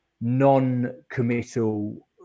non-committal